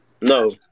No